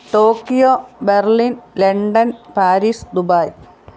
Tokyo Berlin London Paris Dubai